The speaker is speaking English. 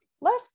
left